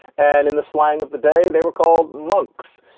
and in the slang of the day, they were called monks.